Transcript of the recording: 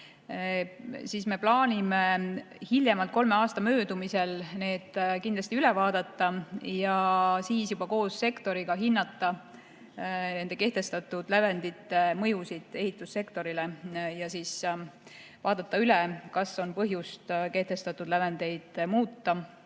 me plaanime hiljemalt kolme aasta möödumisel need kindlasti üle vaadata ja siis juba koos sektoriga hinnata kehtestatud lävendite mõjusid ehitussektorile ja vaadata üle, kas on põhjust kehtestatud lävendeid muuta